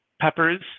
peppers